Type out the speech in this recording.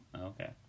Okay